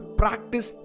practice